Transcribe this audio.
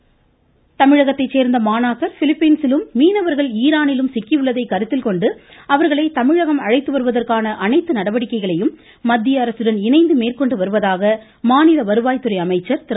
கவன ஈர்ப்பு தீர்மானம் தமிழகத்தை சேர்ந்த மாணாக்கர் பிலிப்பீன்ஸிலும் மீனவர்கள் ஈரானிலும் சிக்கி உள்ளதை கருத்தில் கொண்டு அவர்களை தமிழகம் அழைத்து வருவதற்கான அனைத்து நடவடிக்கைகளையும் மத்திய அரசுடன் இணைந்து மேற்கொண்டு வருவதாக மாநில வருவாய் துறை அமைச்சர் திரு